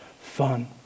fun